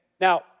Now